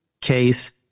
case